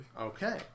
Okay